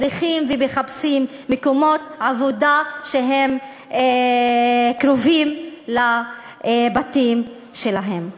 צריכים ומחפשים מקומות עבודה שהם קרובים לבתים שלהם.